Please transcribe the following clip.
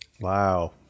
Wow